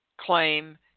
claim